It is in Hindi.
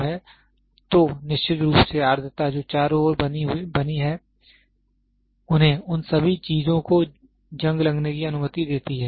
तो यह प्रमुख प्रभाव है तो निश्चित रूप से आर्द्रता जो चारों ओर बनी है उन्हें उन सभी चीजों को जंग लगने की अनुमति देती है